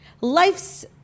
Life's